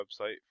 website